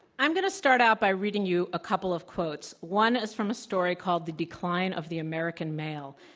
i'm going to start out by reading you a couple of quotes. one is from a story called, the decline of the american male.